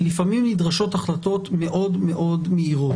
לפעמים נדרשות החלטות מאוד מהירות.